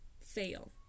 fail